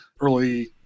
early